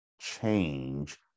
change